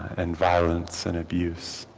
and violence and abuse.